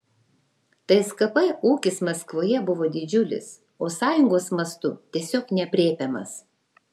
tskp ūkis maskvoje buvo didžiulis o sąjungos mastu tiesiog neaprėpiamas